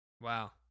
Wow